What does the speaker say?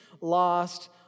lost